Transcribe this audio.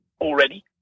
already